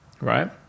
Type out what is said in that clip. right